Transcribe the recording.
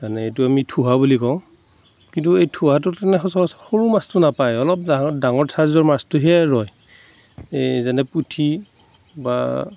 যেনে এইটো আমি ঠুহা বুলি কওঁ কিন্তু এই ঠুহাটোত তেনেকৈ সচৰাচৰ সৰু মাছটো নাপায় অলপ ডাঙৰ ডাঙৰ চাইজৰ মাছটোহে ৰয় এই যেনে পুঠি বা